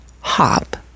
hop